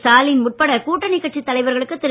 ஸ்டாலின் உட்பட கூட்டணி கட்சி தலைவர்களுக்கு திரு